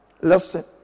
listen